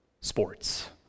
sports